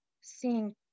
seeing